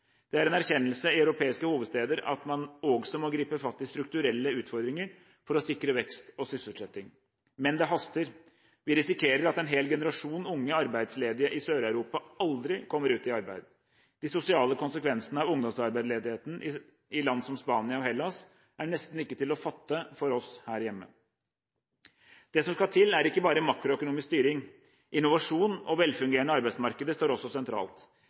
Det er en erkjennelse i europeiske hovedsteder av at man også må gripe fatt i strukturelle utfordringer for å sikre vekst og sysselsetting. Men det haster. Vi risikerer at en hel generasjon unge arbeidsledige i Sør-Europa aldri kommer ut i arbeid. De sosiale konsekvensene av ungdomsarbeidsledigheten i land som Spania og Hellas er nesten ikke til å fatte for oss her hjemme. Det som skal til, er ikke bare makroøkonomisk styring. Innovasjon og velfungerende arbeidsmarkeder står også sentralt.